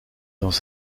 dans